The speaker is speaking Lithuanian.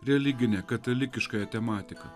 religinę katalikiškąją tematika